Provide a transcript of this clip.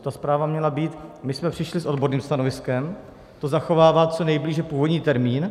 Ta zpráva měla být my jsme přišli s odborným stanoviskem, to zachovává co nejblíže původní termín.